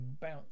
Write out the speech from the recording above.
bounce